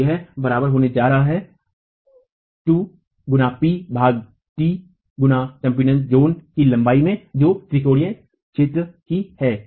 और यह बराबर होने जा रहा है 2 गुना P भाग t गुणा संपीड़ित क्षेत्र की लंबाई में जो त्रिकोणीय क्षेत्र ही है